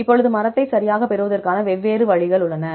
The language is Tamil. இப்போது மரத்தை சரியாகப் பெறுவதற்கு வெவ்வேறு வழிகள் உள்ளன